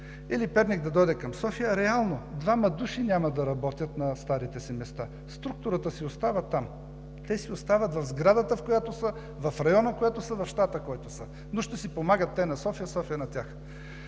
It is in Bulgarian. или Перник да дойде към София, а реално двама души няма да работят на старите си места. Структурата си остава там, те си остават в сградата, в която са, в района, в който са, в щата, в който са, но ще си помагат – те на София, София на тях.